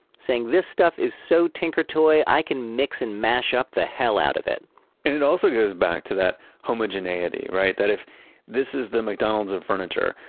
saying, this stuff is so tinker toy, i can mix and mash up the hell out of it. and it also goes back to that homogeneity, right? that if this the mcdonald's of furniture,